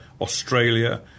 Australia